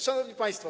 Szanowni Państwo!